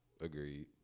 agreed